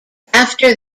after